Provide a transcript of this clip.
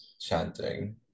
chanting